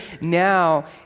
now